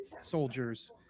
soldiers